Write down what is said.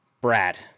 Brad